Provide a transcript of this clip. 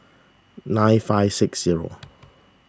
nine five six zero